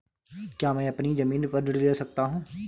क्या मैं अपनी ज़मीन पर ऋण ले सकता हूँ?